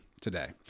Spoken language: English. today